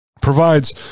provides